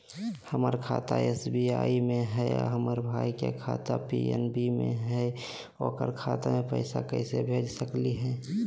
हमर खाता एस.बी.आई में हई, हमर भाई के खाता पी.एन.बी में हई, ओकर खाता में पैसा कैसे भेज सकली हई?